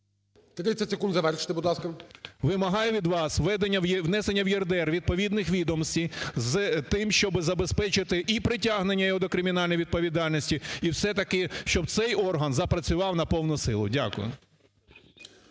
30 секунд завершити, будь ласка. КУПРІЙ В.М. Вимагаю від вас внесення в ЄРДР відповідних відомостей з тим, щоб забезпечити і притягнення його до кримінальної відповідальності, і все-таки, щоб цей орган запрацював на повну силу. Дякую.